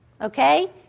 okay